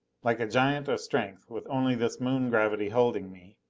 like a giant of strength with only this moon gravity holding me,